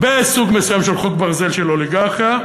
בסוג מסוים של חוק ברזל של אוליגרכיה,